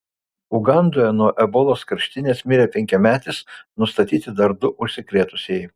ugandoje nuo ebolos karštinės mirė penkiametis nustatyti dar du užsikrėtusieji